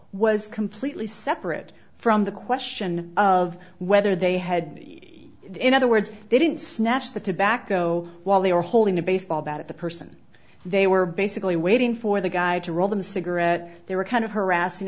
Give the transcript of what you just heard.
was completely separate from the question of whether they had me in other words they didn't snatch the tobacco while they were holding a baseball bat at the person they were basically waiting for the guy to roll them a cigarette they were kind of harassing